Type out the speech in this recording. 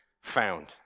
found